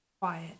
Quiet